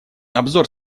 обзор